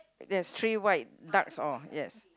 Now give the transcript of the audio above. there's three white ducks orh yes